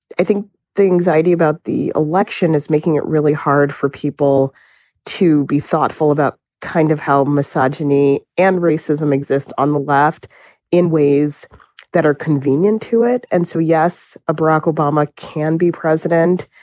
i think the anxiety about the election is making it really hard for people to be thoughtful about kind of how misogyny and racism exist on the left in ways that are convenient to it and so, yes, a, barack obama can be president.